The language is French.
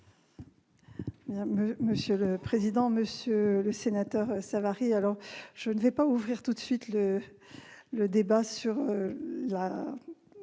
Mme la ministre. Monsieur le sénateur Savary, je ne vais pas ouvrir tout de suite le débat sur la